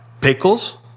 Pickles